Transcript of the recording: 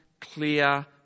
clear